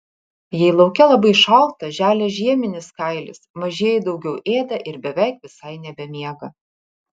jei lauke labai šalta želia žieminis kailis mažieji daugiau ėda ir beveik visai nebemiega